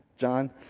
John